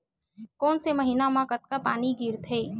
कोन से महीना म कतका पानी गिरथे?